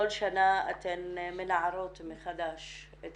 כל שנה אתן מנערות מחדש את